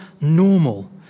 normal